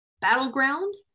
Battleground